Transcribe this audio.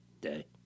Day